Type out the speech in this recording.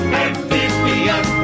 amphibian